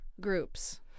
groups